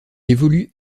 évolue